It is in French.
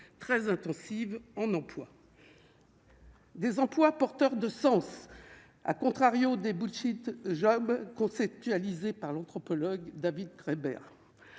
très intensive en emploi. Des employes porteurs de sens à contrario des boules sites jobs conceptualisé par l'anthropologue David Treiber